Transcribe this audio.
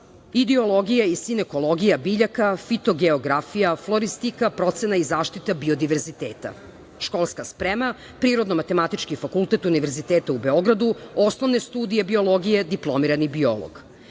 ideologija i sinekologija biljaka, fitogeografija, floristika, procena i zaštita biodiverziteta. Školska sprema, prirodno matematički fakultet Univerziteta u Beogradu, osnovne studije biologije, diplomirani